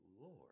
lord